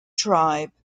tribe